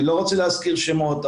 אני לא רוצה להזכיר שמות,